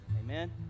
Amen